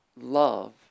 love